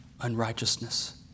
unrighteousness